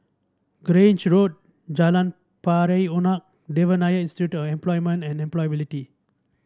Grange Road Jalan Pari Unak Devan Nair Institute of Employment and Employability